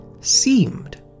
seemed